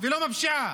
ולא מפשיעה.